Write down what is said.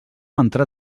entrar